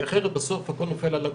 כי אחרת בסוף הכל נופל על האגודות.